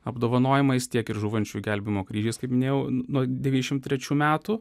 apdovanojimais tiek ir žūvančiųjų gelbėjimo kryžiais kaip minėjau nuo devyniasdešim trečių metų